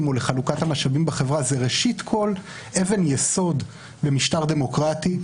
או לחלוקת המשאבים בחברה אלא זה ראשית כול אבל יסוד במשטר דמוקרטי.